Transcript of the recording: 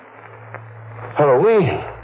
Halloween